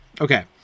Okay